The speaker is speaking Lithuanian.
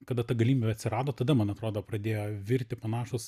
kada ta galimybė atsirado tada man atrodo pradėjo virti panašūs